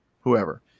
whoever